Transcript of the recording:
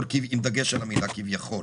אבל עם דגש על המילה כביכול.